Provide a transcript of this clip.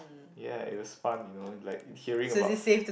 ye it was fun you know like hearing about